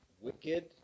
wicked